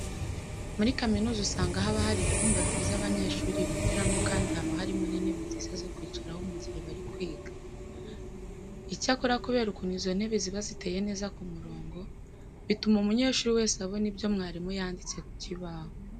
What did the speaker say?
Muri kaminuza usanga haba hari ibyumba byiza abanyeshuri bigiramo kandi haba harimo n'intebe nziza zo kwicaraho mu gihe bari kwiga. Icyakora kubera ukuntu izo ntebe ziba ziteye neza ku murongo, bituma umunyeshuri wese abona ibyo mwarimu yanditse ku kibaho.